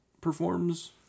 performs